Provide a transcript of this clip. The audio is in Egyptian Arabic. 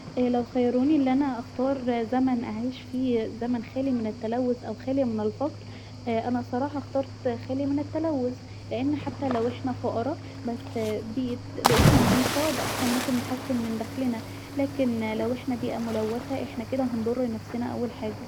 لو خيروني أن انا أختار زمن اعيش فيه زمن خالي من التلوث أو خالي من الفقر اا انا صراحه اخترت خالي من التلوث لأن حتي لو احنا فقرا بس ببب بيئتنا نضيفه احنا ممكن نحسن من دخلنا لاكن لو احنا بيئه ملوثة احنا كدا هنضر نفسنا اول حاجه